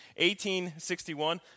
1861